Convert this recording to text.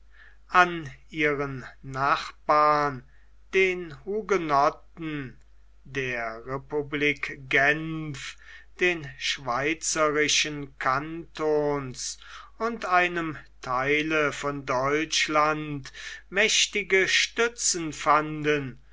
an ihren nachbarn den hugenotten der republik gent den schweizerischen kantons und einem theile von deutschland mächtige stützen fanden